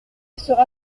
sera